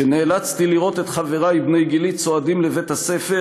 שנאלצתי לראות את חברי בני גילי צועדים לבית-הספר